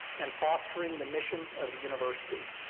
and fostering the mission of the university.